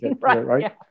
Right